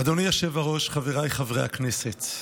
אדוני היושב-ראש, חבריי חברי הכנסת,